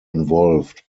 involved